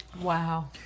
Wow